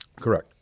Correct